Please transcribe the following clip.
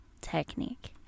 Technique